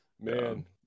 Man